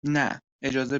نه، اجازه